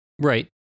Right